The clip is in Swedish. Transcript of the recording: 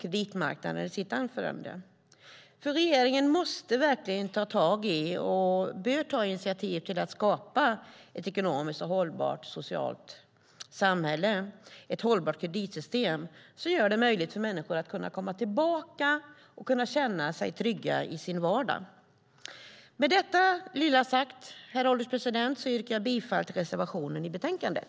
Regeringen måste verkligen ta tag i detta och bör ta initiativ till att skapa ett ekonomiskt och socialt hållbart samhälle, ett hållbart kreditsystem som gör det möjligt för människor att kunna komma tillbaka och känna sig trygga i sin vardag. Med detta sagt, herr ålderspresident, yrkar jag bifall till reservationen i betänkandet.